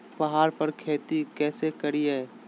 पहाड़ पर खेती कैसे करीये?